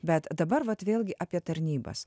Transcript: bet dabar vat vėlgi apie tarnybas